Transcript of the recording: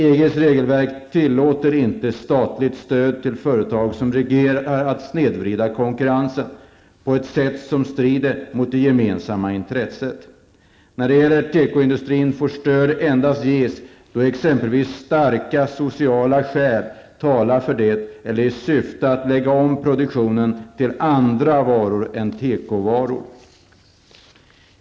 EGs regelverk tillåter inte statligt stöd till företag som riskerar att snedvrida konkurrensen på ett sätt som strider mot det gemensamma intresset. När det gäller tekoindustrin, får stöd endast ges då exempelvis starka sociala skäl talar för det eller i syfte att lägga om produktionen till andra varor än tekovaror.